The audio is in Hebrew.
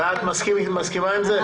ואת מסכימה עם זה.